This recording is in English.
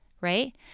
right